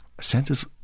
Santa's